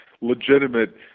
legitimate